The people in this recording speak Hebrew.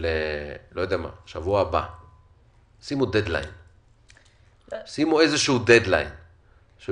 לפחות שימו איזה שהוא דד-ליין לכך